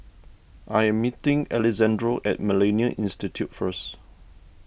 I am meeting Alexandro at Millennia Institute first